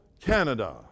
Canada